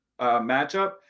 matchup